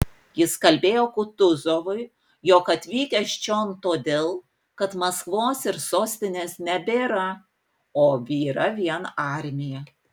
jis kalbėjo kutuzovui jog atvykęs čion todėl kad maskvos ir sostinės nebėra o yra vien armija